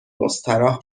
مستراح